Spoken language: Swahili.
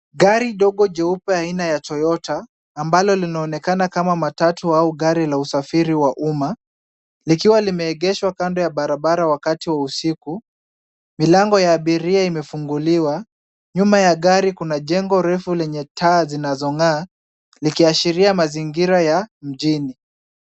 Gari ndogo jeupe aina ya TOYOTA, ambalo linaonekana kama matatu au gari la usafiri wa uma, likiwa limeegeshwa kando ya barabara wakati wa usiku. Milango ya abiria imefunguliwa. Nyuma ya gari kuna jengo refu lenye taa zinazong'aa, likiashiria mazingira ya mjini.